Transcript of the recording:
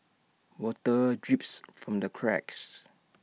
water drips from the cracks